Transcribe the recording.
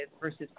versus